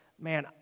man